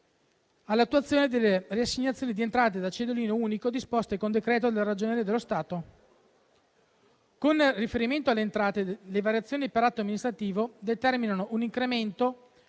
all'attuazione delle riassegnazioni di entrate da cedolino unico disposte con decreto del Ragioniere generale dello Stato. Con riferimento alle entrate, le variazioni per atto amministrativo determinano un incremento